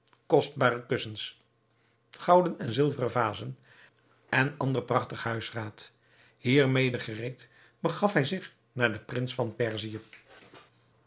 kostbare kussens gouden en zilveren vazen en ander prachtig huisraad hiermede gereed begaf hij zich naar den prins van perzië